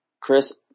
Chris